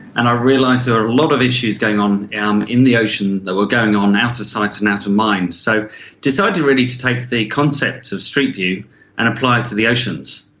and i realised there were a lot of issues going on um in the ocean that were going on out of sight and out of mind. so deciding really to take the concept of street view and apply it to the oceans,